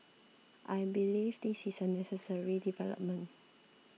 I believe this is a necessary development